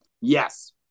Yes